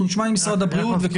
אנחנו נשמע ממשרד הבריאות.